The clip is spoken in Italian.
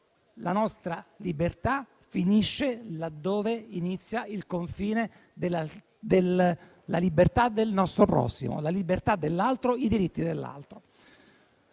la nostra libertà finisce laddove iniziano la libertà del nostro prossimo, la libertà dell'altro, i diritti dell'altro.